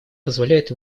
позволяет